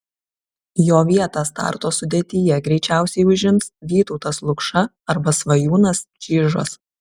jo vietą starto sudėtyje greičiausiai užims vytautas lukša arba svajūnas čyžas